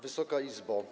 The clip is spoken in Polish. Wysoka Izbo!